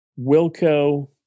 Wilco